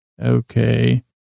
Okay